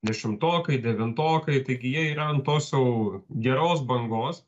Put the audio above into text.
dešimtokai devintokai taigi jie yra ant tos jau geros bangos